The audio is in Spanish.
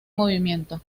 movimiento